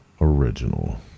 original